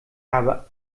habe